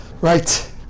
right